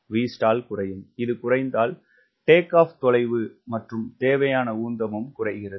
Vstall குறையும் இது குறைவதால் டேக் ஆப் தொலைவு மற்றும் தேவையான உந்தமும் குறைகிறது